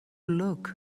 look